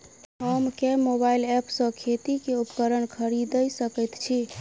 हम केँ mobile app सँ खेती केँ उपकरण खरीदै सकैत छी?